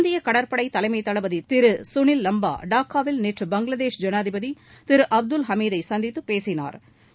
இந்திய கடற்படை தலைமை தளபதி திரு சுனில் லாம்பா டாக்காவில் நேற்று பங்களாதேஷ் ஜனாதிபதி திரு அப்துல் ஹமீத் ஐ சந்தித்து பேசினாா்